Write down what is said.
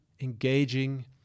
engaging